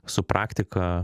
su praktika